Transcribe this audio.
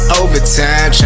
overtime